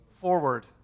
forward